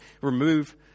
remove